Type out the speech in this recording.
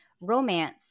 romance